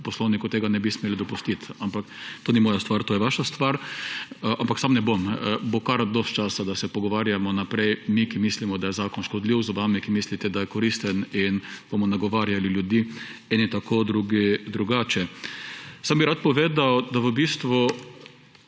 po poslovniku tega ne bi smeli dopustiti; ampak, to ni moja stvar, to je vaša stvar. Ampak sam ne bom, bo kar dosti časa, da se pogovarjamo naprej: mi, ki mislimo, da je zakon škodljiv, z vami, ki mislite, da je koristen, in bomo nagovarjali ljudi in tako drugi drugače. Sam bi rad povedal, da v bistvu,